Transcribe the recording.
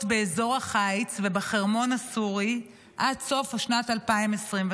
באזור החיץ ובחרמון הסורי עד סוף שנת 2025,